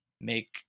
make